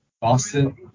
Boston